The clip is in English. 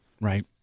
Right